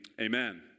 Amen